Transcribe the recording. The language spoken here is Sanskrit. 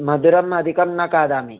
मधुरं अधिकं न खादामि